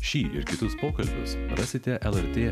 šį ir kitus pokalbius rasite lrt